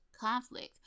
conflict